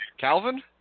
Calvin